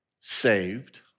saved